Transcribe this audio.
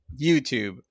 YouTube